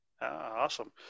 Awesome